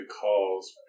calls